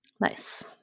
Nice